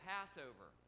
Passover